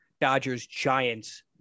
Dodgers-Giants